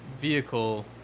vehicle